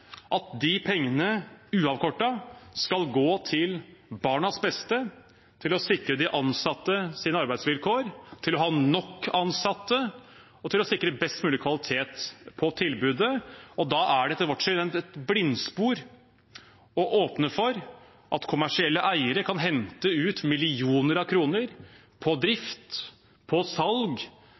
skal gå til barnas beste, til å sikre de ansattes arbeidsvilkår, til å ha nok ansatte og til å sikre best mulig kvalitet på tilbudet. Og da er det etter vårt syn et blindspor å åpne for at kommersielle eiere kan hente ut millioner av kroner på drift, på salg,